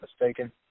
mistaken